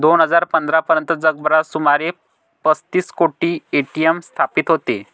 दोन हजार पंधरा पर्यंत जगभरात सुमारे पस्तीस कोटी ए.टी.एम स्थापित होते